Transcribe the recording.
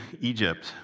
Egypt